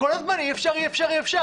כל הזמן אומרים אי אפשר, אי אפשר, אי אפשר.